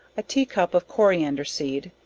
a tea cup of coriander seed,